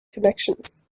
connections